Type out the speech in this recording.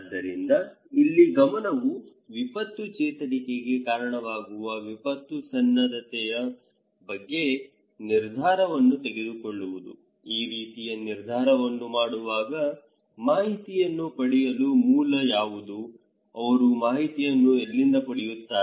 ಆದ್ದರಿಂದ ಇಲ್ಲಿ ಗಮನವು ವಿಪತ್ತು ಚೇತರಿಕೆಗೆ ಕಾರಣವಾಗುವ ವಿಪತ್ತು ಸನ್ನದ್ಧತೆಯ ಬಗ್ಗೆ ನಿರ್ಧಾರವನ್ನು ತೆಗೆದುಕೊಳ್ಳುವುದು ಈ ರೀತಿಯ ನಿರ್ಧಾರವನ್ನು ಮಾಡುವಾಗ ಮಾಹಿತಿಯನ್ನು ಪಡೆಯುವ ಮೂಲ ಯಾವುದು ಅವರು ಮಾಹಿತಿಯನ್ನು ಎಲ್ಲಿಂದ ಪಡೆಯುತ್ತಾರೆ